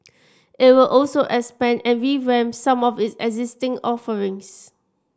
it will also expand and revamp some of its existing offerings